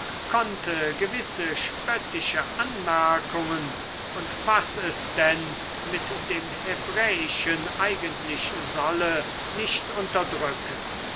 konnte gewisse spöttische anmerkungen und was es denn mit dem hebräischen eigentlich solle nicht unterdrücken